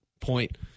point